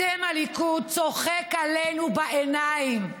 אתם, הליכוד, צוחק עלינו בעיניים,